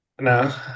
No